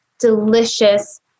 delicious